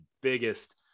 biggest